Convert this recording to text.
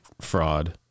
fraud